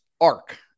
arc